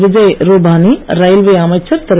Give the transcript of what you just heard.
Vijay Rupani railway அமைச்சர் திரு